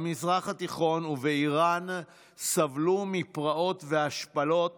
במזרח התיכון ובאיראן סבלו מפרעות ומהשפלות